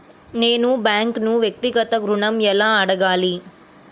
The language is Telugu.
నేను బ్యాంక్ను వ్యక్తిగత ఋణం ఎలా అడగాలి?